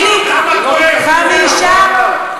פעם אחת.